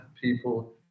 people